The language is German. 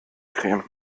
creme